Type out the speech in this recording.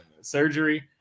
surgery